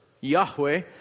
Yahweh